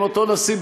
עם אותו נשיא,